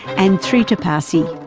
and trita parsi,